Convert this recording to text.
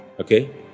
okay